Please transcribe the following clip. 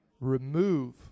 Remove